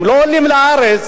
הם לא עולים לארץ,